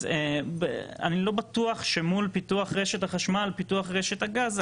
אז אני לא בטוח שמול פיתוח רשת החשמל פיתוח רשת הגז,